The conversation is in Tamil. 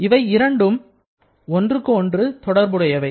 இவை இரண்டும் ஒன்றுக்கொன்று தொடர்புடையவை